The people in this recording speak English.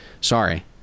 sorry